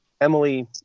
Emily